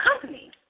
company